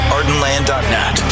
Ardenland.net